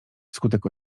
wskutek